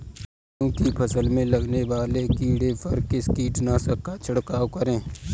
गेहूँ की फसल में लगने वाले कीड़े पर किस कीटनाशक का छिड़काव करें?